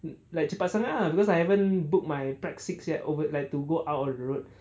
like cepat sangat ah because I haven't booked my prac six yet overnight to go out on the road